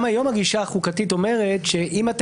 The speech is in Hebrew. גם היום הגישה החוקתית אומרת שאם אתה